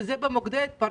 וזה במוקדי ההתפרצות,